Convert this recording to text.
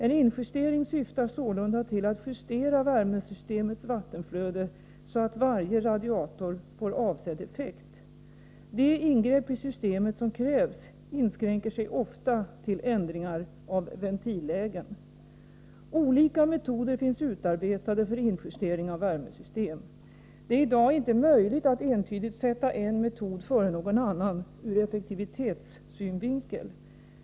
En injustering syftar sålunda till att justera värmesystemets vattenflöde så att varje radiator får avsedd effekt. De ingreppi systemet som krävs inskränker sig ofta till ändringar av ventillägen. Olika metoder finns utarbetade för injustering av värmesystem. Det är i dag inte möjligt att entydigt sätta en metod före någon annan ur effektivitetssynvinkel.